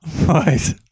Right